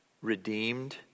redeemed